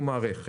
לא, לא, להפך.